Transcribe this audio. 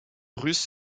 russe